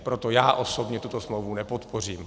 Proto já osobně tuto smlouvu nepodpořím.